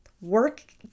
work